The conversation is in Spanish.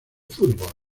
fútbol